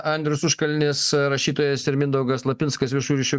andrius užkalnis rašytojas ir mindaugas lapinskas viešųjų ryšių